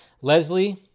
leslie